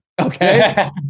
Okay